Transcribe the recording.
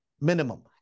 minimum